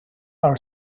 our